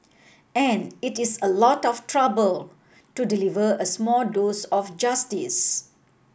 and it is a lot of trouble to deliver a small dose of justice